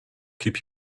keep